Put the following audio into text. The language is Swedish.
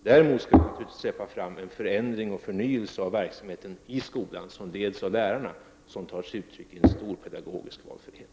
Däremot skall vi släppa fram en förändring och förnyelse av verksamheten i skolan som leds av lärarna och som tar sig uttryck i en skolpedagogisk valfrihet.